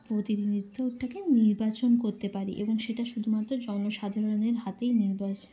প্রতিনিধিত্বটাকে নির্বাচন করতে পারি এবং সেটা শুধুমাত্র জনসাধারণের হাতেই নির্বাচন